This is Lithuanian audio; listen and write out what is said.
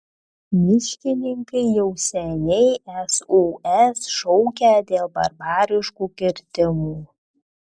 miškininkai jau seniai sos šaukia dėl barbariškų kirtimų